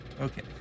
Okay